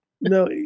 no